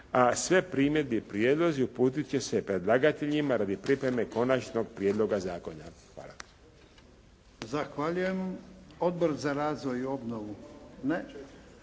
a sve primjedbe i prijedlozi uputit će se predlagateljima radi pripreme konačnog prijedloga zakona. Hvala.